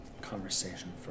conversation